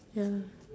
ya